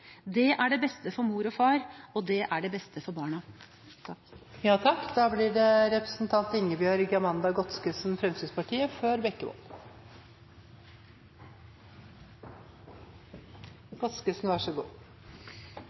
Det er det beste for mor og far, og det er det beste for barna.